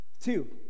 Two